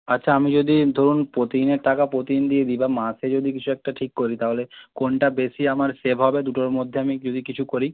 আচ্ছা আমি যদি ধরুন প্রতিদিনের টাকা প্রতিদিন দিয়ে দিই বা মাসে যদি কিছু একটা ঠিক করি তাহলে কোনটা বেশি আমার সেভ হবে দুটোর মধ্যে আমি যদি কিছু করি